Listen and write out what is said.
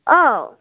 औ